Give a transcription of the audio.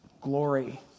glory